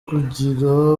kugira